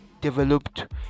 developed